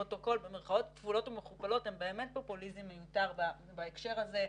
כפולות ומכופלות הן באמת פופוליזם מיותר בהקשר הזה.